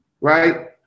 right